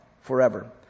forever